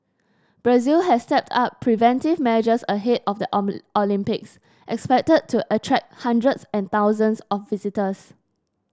Brazil has stepped up preventive measures ahead of the Olympics expected to attract hundreds and thousands of visitors